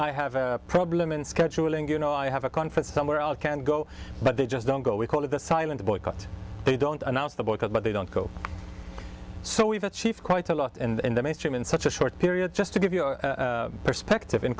i have a problem in scheduling you know i have a conference somewhere all can go but they just don't go we call it the silent boycott they don't announce the bucket but they don't cope so we've achieved quite a lot in the mainstream in such a short period just to give you a perspective in